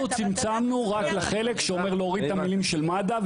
אנחנו צמצמנו רק לחלק שאומר להוריד את המילים של מד"א,